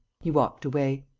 he walked away.